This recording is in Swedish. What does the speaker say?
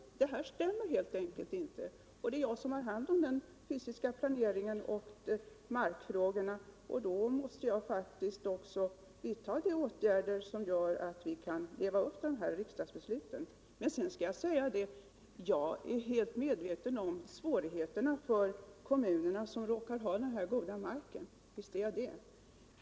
Detta stämmer hel enkelt inte. Jag har hand om den fysiska planeringen och Om uttalande Om uttalande mark frågorna, och då måste jag faktiskt vidta de åtgärder som gör att vi kan leva upp till riksdagens beslut. Jag är helt medveten om svårigheterna för de kommuner som råkar ha denna mark.